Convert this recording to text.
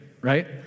right